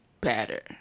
better